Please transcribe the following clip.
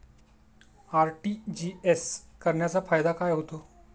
RTGS करण्याचा फायदा काय होतो?